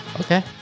Okay